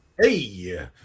Hey